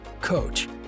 coach